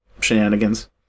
shenanigans